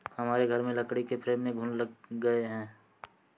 हमारे घर में लकड़ी के फ्रेम में घुन लग गए हैं